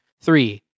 three